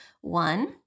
One